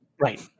Right